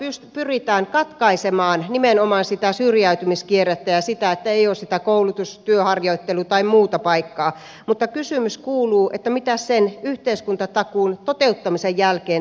sillähän pyritään katkaisemaan nimenomaan sitä syrjäytymiskierrettä ja sitä että ei ole sitä koulutus työ harjoittelu tai muuta paikkaa mutta kysymys kuuluu mitäs sen yhteiskuntatakuun toteuttamisen jälkeen tapahtuu